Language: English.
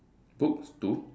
books two